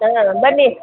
ಹಾಂ ಬನ್ನಿ